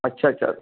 अच्छा अच्छा